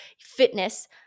fitness